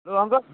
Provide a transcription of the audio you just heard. hello uncle